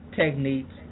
techniques